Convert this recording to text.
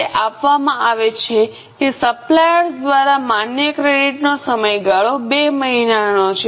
તે આપવામાં આવે છે કે સપ્લાયર્સ દ્વારા માન્ય ક્રેડિટનો સમયગાળો 2 મહિનાનો છે